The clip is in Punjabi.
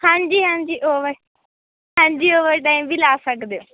ਹਾਂਜੀ ਹਾਂਜੀ ਓਵਰ ਹਾਂਜੀ ਓਵਰ ਟਾਈਮ ਵੀ ਲਾ ਸਕਦੇ ਹੋ